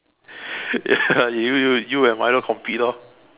ya you you you and Milo compete orh